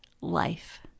life